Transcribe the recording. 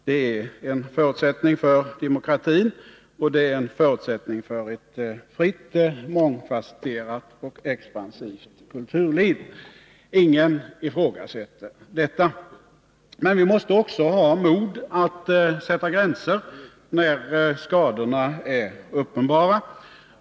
Det är en förutsättning för demokratin, och det är en förutsättning för ett fritt, mångfasetterat och expansivt kulturliv. Ingen ifrågasätter detta. Men vi måste också ha mod att sätta gränser, när skadorna är uppenbara.